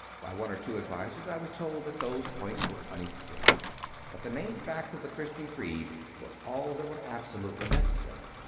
by one or two advisers i was told that those points were unessential that the main facts of the christian creed were all that were absolutely necessary,